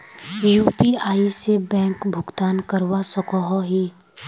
UPI से bank भुगतान करवा सकोहो ही?